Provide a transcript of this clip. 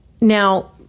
now